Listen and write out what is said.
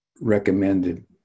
recommended